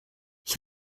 ich